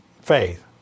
faith